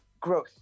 growth